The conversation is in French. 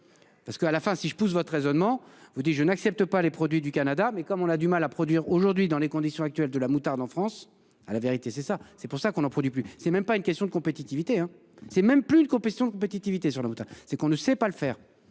Parce qu'à la fin si je pousse votre raisonnement vous dit je n'accepte pas les produits du Canada mais comme on a du mal à produire aujourd'hui dans les conditions actuelles de la moutarde en France à la vérité, c'est ça, c'est pour ça qu'on en produit plus c'est même pas une question de compétitivité hein c'est même plus une compétition compétitivité sur la c'est qu'on ne sait pas le faire